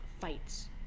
fights